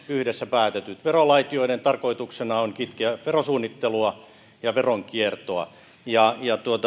yhdessä päätetyt verolait joiden tarkoituksena on kitkeä verosuunnittelua ja veronkiertoa